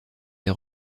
des